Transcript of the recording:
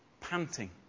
panting